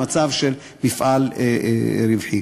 למצב של מפעל רווחי.